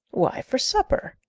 why, for supper,